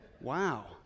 Wow